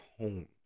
homes